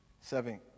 Seven